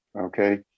okay